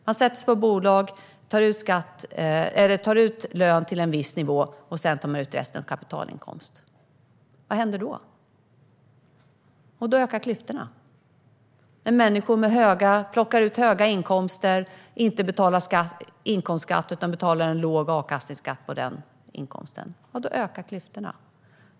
Man sätter sig i bolag, tar ut lön till en viss nivå och tar sedan ut resten i kapitalinkomst. Vad händer då? Då ökar klyftorna. När människor plockar ut höga inkomster och inte betalar inkomstskatt utan betalar en låg avkastningsskatt på inkomsten, då ökar klyftorna.